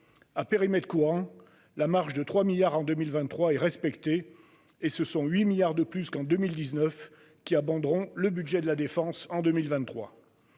À périmètre courant, la marche de 3 milliards d'euros en 2023 est respectée, et ce sont 8 milliards de plus qu'en 2019 qui abonderont le budget de la défense l'année